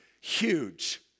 huge